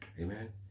amen